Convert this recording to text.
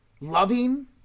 loving